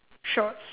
shorts